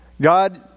God